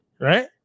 right